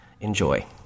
Enjoy